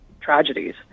tragedies